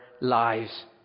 lives